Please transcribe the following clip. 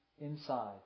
inside